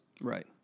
Right